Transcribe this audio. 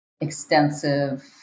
extensive